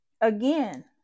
again